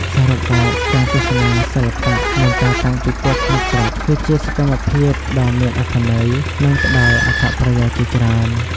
សរុបមក ការទស្សនាសាលសិល្បៈ និងការតាំងពិពណ៌ក្នុងស្រុក គឺជាសកម្មភាពដ៏មានអត្ថន័យ និងផ្តល់អត្ថប្រយោជន៍ជាច្រើន។